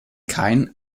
kein